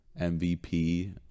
MVP